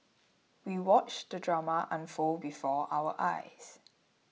we watched the drama unfold before our eyes